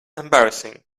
embarrassing